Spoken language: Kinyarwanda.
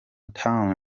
town